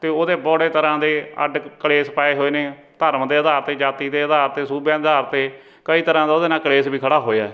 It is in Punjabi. ਅਤੇ ਉਹਦੇ ਬੜੇ ਤਰ੍ਹਾਂ ਦੇ ਅੱਡ ਕ ਕਲੇਸ਼ ਪਾਏ ਹੋਏ ਨੇ ਧਰਮ ਦੇ ਅਧਾਰ 'ਤੇ ਜਾਤੀ ਦੇ ਅਧਾਰ 'ਤੇ ਸੂਬਿਆਂ ਅਧਾਰ 'ਤੇ ਕਈ ਤਰ੍ਹਾਂ ਦਾ ਉਹਦੇ ਨਾਲ ਕਲੇਸ਼ ਵੀ ਖੜ੍ਹਾ ਹੋਇਆ